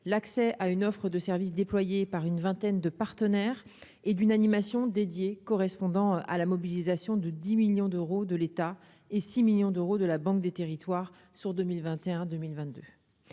l'accès à une offre de services déployés par une vingtaine de partenaires et d'une animation dédié correspondant à la mobilisation de 10 millions d'euros de l'État et 6 millions d'euros de la banque des territoires sur 2021 2022